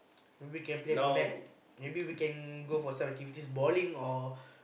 maybe can play go net maybe we can go for some activities balling or